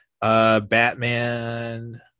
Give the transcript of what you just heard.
Batman